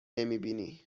نمیبینی